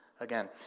again